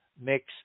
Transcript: mix